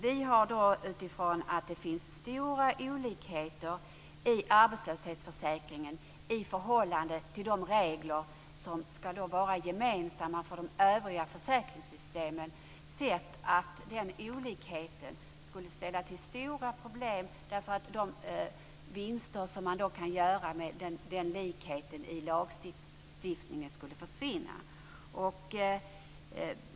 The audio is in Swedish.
Vi har, utifrån att det finns stora olikheter i arbetslöshetsförsäkringen i förhållande till de regler som ska vara gemensamma för de övriga försäkringssystemen, sett att den olikheten skulle ställa till stora problem. De vinster som man kan göra med den likheten i lagstiftningen skulle försvinna.